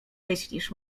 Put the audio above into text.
myślisz